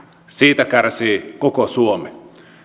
siitä kärsii koko suomi